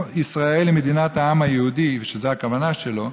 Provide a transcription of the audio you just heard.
שישראל היא מדינת העם היהודי ושזו הכוונה שלו,